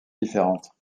différentes